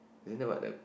isn't that what the